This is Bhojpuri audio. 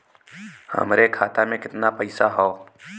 हमरे खाता में कितना पईसा हौ?